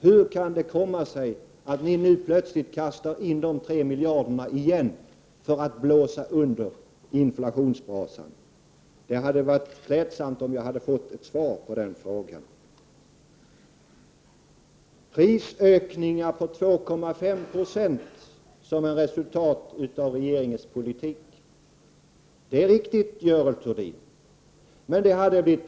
Hur kan det komma sig att ni nu plötsligt kastar in dessa 3 miljarder igen för att blåsa under inflationsbrasan? Det hade varit klädsamt om Görel Thurdin hade svarat på den frågan. Görel Thurdin sade att ett resultat av regeringens politik kommer att bli prisökningar på 2,5 20. Det är riktigt.